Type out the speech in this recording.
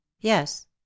yes